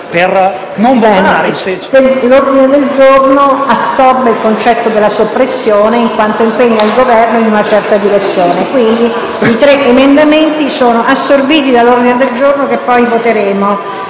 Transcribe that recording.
L'ordine del giorno assorbe il concetto della soppressione, in quanto impegna il Governo in una certa direzione. I tre emendamenti sono quindi assorbiti dall'ordine del giorno, che poi potremo